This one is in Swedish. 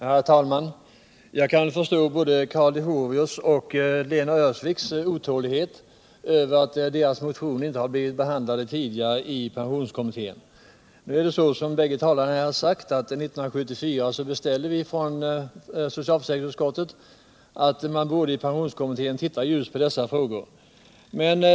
Herr talman! Jag kan förstå både Karl Leuchovius och Lena Öhrsviks otålighet över att deras motioner inte har blivit behandlade tidigare i pensionskommittén. Nu är det så, som bägge talarna har sagt, att 1974 beställde vi från socialförsäkringsutskottet att pensionskommittén skulle titta just på dessa frågor.